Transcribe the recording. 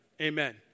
Amen